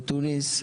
לתוניס.